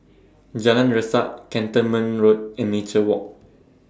Jalan Resak Cantonment Road and Nature Walk